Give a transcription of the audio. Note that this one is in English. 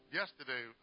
yesterday